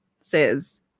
says